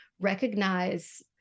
recognize